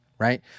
Right